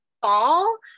fall